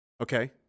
okay